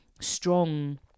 strong